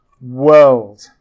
world